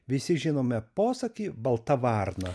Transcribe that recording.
visi žinome posakį balta varna